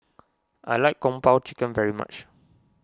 I like Kung Po Chicken very much